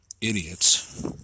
idiots